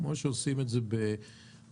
כפי שעושים בחוזים,